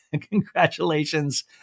congratulations